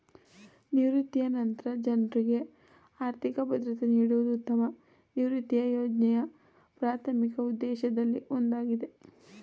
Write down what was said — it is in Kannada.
ನಿವೃತ್ತಿಯ ನಂತ್ರ ಜನ್ರುಗೆ ಆರ್ಥಿಕ ಭದ್ರತೆ ನೀಡುವುದು ಉತ್ತಮ ನಿವೃತ್ತಿಯ ಯೋಜ್ನೆಯ ಪ್ರಾಥಮಿಕ ಉದ್ದೇಶದಲ್ಲಿ ಒಂದಾಗಿದೆ